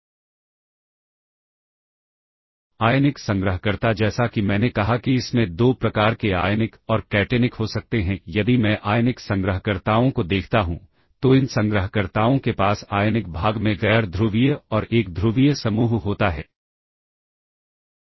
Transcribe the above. तो इसे संदर्भ द्वारा कॉल कहा जाता है और यदि यह वांछित नहीं है तो सबरूटीन को प्रविष्टि पर स्टैक पर आवश्यक सभी रजिस्टरों को पुश करना चाहिए और वापसी पर उन्हें पीओपी करना चाहिए